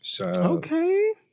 Okay